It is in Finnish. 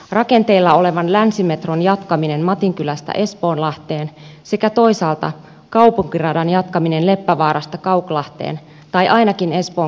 rakenteilla olevan länsimetron jatkaminen matinkylästä espoonlahteen sekä toisaalta kaupunkiradan jatkaminen leppävaarasta kauklahteen tai ainakin espoon keskukseen asti